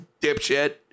Dipshit